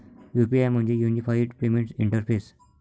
UPI म्हणजे unified payment interface